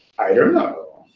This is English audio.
i don't know.